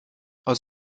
aus